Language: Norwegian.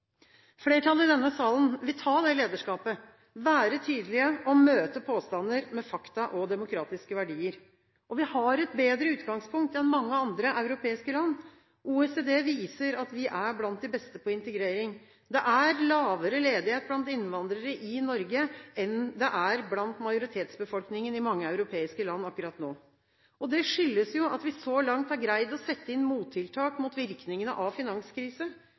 Flertallet i denne salen vil ta det lederskapet, være tydelige og møte påstander med fakta og demokratiske verdier. Vi har et bedre utgangspunkt enn mange andre europeiske land. OECD viser at vi er blant de beste på integrering. Det er lavere ledighet blant innvandrere i Norge enn det er blant majoritetsbefolkningen i mange europeiske land akkurat nå. Det skyldes at vi så langt har greid å sette inn mottiltak mot virkningene av